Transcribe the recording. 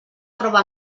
prova